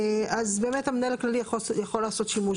אז באמת המנהל הכללי יכול לעשות שימוש.